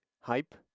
hype